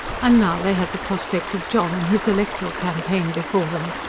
and now they had the prospect of john and his electoral campaign before them.